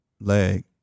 leg